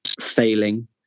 failing